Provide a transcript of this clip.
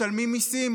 משלמי מיסים,